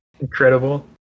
Incredible